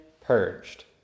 purged